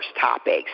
topics